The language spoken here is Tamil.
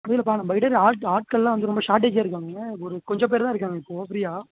இல்லைல்லப்பா நம்மக்கிட்ட இந்த ஆள் ஆட்களெலாம் வந்து ரொம்ப சார்ட்டேஜாக இருக்காங்க ஒரு கொஞ்சப் பேர் தான் இருக்காங்க இப்போது ஃப்ரீயாக